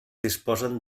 disposen